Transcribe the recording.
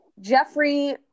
jeffrey